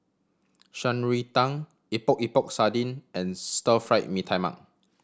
Shan Rui Tang Epok Epok Sardin and Stir Fried Mee Tai Mak